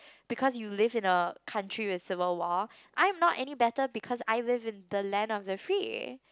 because you live in a country with visible wall I am not any better because I live in the land of the free